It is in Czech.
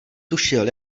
tušil